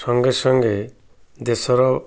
ସଙ୍ଗେ ସଙ୍ଗେ ଦେଶର